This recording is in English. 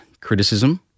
criticism